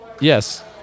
Yes